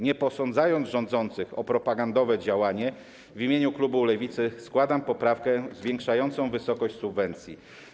Nie posądzając rządzących o propagandowe działanie, w imieniu klubu Lewicy składam poprawkę zwiększającą wysokość subwencji.